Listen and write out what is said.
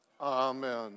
Amen